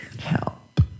Help